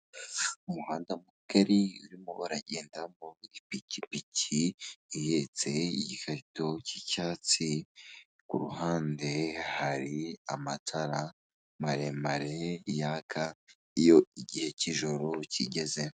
Umuhanda mugari urimo baragendamo ipikipiki iheritse igikarito cy'icyatsi ku ruhande hari amatara maremare yaka iyo igihe cy'ijoro kigeze.